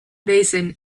basin